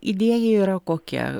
idėja yra kokia